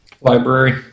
Library